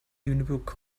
lüneburg